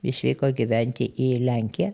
išvyko gyventi į lenkiją